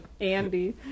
Andy